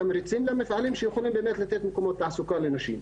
תמריצים למפעלים שיכולים באמת לתת מקומות תעסוקה לנשים.